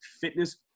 fitness